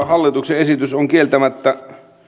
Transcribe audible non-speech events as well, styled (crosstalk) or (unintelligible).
(unintelligible) hallituksen esitys on kieltämättä